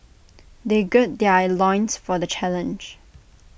they gird their loins for the challenge